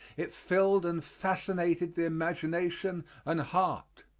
it filled and fascinated the imagination and heart.